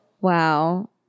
Wow